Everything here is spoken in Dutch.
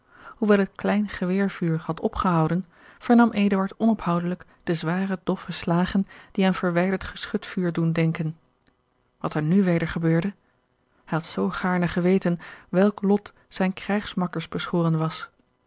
hoewel het klein geweervuur had opgehouden vernam eduard onophoudelijk de zware doffe slagen die aan verwijderd geschutvuur doen denken wat er nu weder gebeurde hij had zoo gaarne geweten welk lot zijn krijgsmakkers beschoren was